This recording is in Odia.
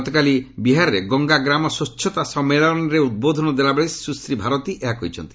ଗତକାଲି ବିହାରରେ ଗଙ୍ଗା ଗ୍ରାମ ସ୍ୱଚ୍ଛତା ସମ୍ମେଳନରେ ଉଦ୍ବୋଦନ ଦେଲାବେଳେ ସ୍ୱଶ୍ରୀ ଭାରତୀ ଏହା କହିଛନ୍ତି